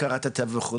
הכרת הטבע וכו',